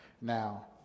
Now